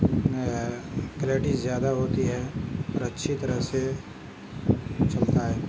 clarity زیادہ ہوتی ہے اور اچھی طرح سے چلتا ہے